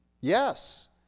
Yes